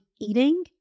eating